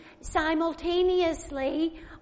simultaneously